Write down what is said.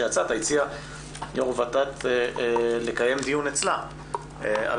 כשיצאת הציעה יו"ר הות"ת לקיים דיון אצלה על